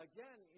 Again